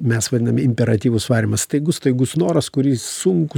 mes vadiname imperatyvus varymas staigus staigus noras kurį sunku